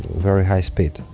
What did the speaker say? very high speed.